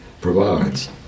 provides